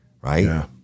Right